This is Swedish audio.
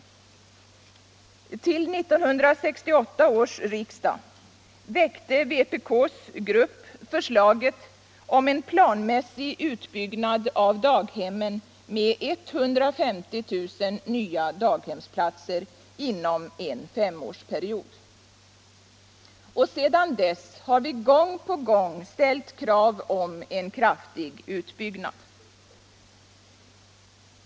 Vid 1968 års riksdag väckte vpk-gruppen förslaget om en planmiässig utbyggnad av daghemmen med 150 000 nya daghemsplatser inom en femårsperiod. Och sedan dess har vi gång på gång ställt krav på en kraftig utbyggnad.